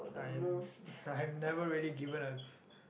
I I have never really given a